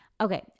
okay